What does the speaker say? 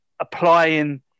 applying